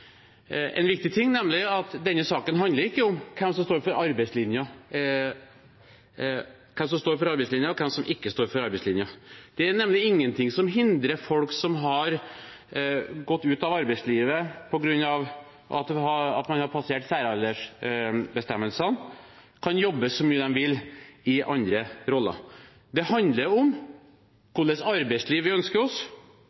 en viktig ting, nemlig at denne saken ikke handler om hvem som står for arbeidslinjen, og hvem som ikke står for arbeidslinjen. Det er nemlig ingenting som hindrer at folk som har gått ut av arbeidslivet fordi man har passert særaldersbestemmelsene, kan jobbe så mye de vil i andre roller. Det handler om